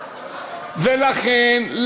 ולכן,